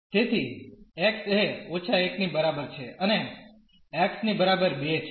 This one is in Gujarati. તેથી x એ−1 ની બરાબર છે અને x ની બરાબર 2 છે